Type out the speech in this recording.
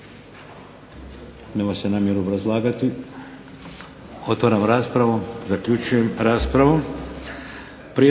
Nema se namjeru obrazlagati. Otvaram raspravu. zaključujem raspravu.